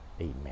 Amen